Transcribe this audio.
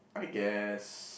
I guess